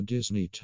Disney